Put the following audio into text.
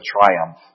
triumph